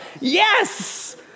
Yes